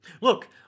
Look